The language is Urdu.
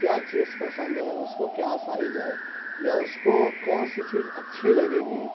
کیا چیز پسند ہے اس کو کیا سائز ہے یا اس کو کون سی چیز اچھی لگے گی